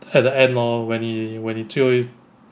at the end mah when he when he throw in